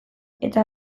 eta